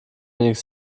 wenig